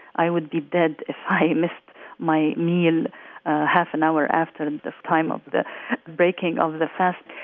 i would be dead if i missed my meal half an hour after the time of the breaking of the fast.